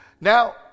Now